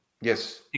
Yes